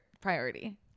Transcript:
priority